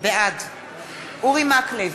בעד אורי מקלב,